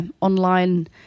online